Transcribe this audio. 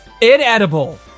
inedible